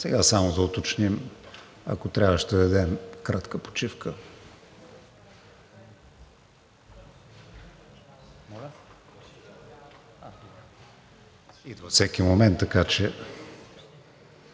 Сега само да уточним. Ако трябва, ще дадем кратка почивка. Идва всеки момент, така че